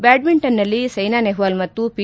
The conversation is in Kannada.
ಬ್ಕಾಡ್ಮಿಂಟನ್ನಲ್ಲಿ ಸೈನಾ ನೆಹ್ವಾಲ್ ಮತ್ತು ಪಿ